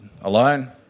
alone